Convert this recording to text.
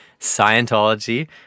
Scientology